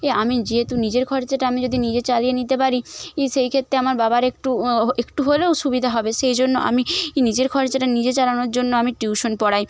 এ আমি যেহেতু নিজের খরচাটা আমি যদি নিজে চালিয়ে নিতে পারি ই সেই ক্ষেত্রে আমার বাবার একটু হ একটু হলেও সুবিধা হবে সেই জন্য আমি নিজের খরচাটা নিজে চালানোর জন্য আমি টিউশন পড়াই